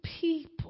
people